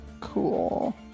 Cool